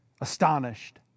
Astonished